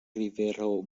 rivero